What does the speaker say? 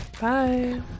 bye